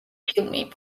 ფილმი